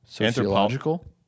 Anthropological